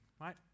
right